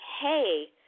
hey